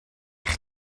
eich